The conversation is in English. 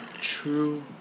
true